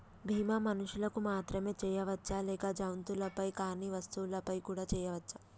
బీమా మనుషులకు మాత్రమే చెయ్యవచ్చా లేక జంతువులపై కానీ వస్తువులపై కూడా చేయ వచ్చా?